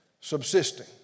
subsisting